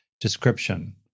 description